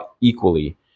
equally